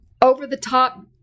over-the-top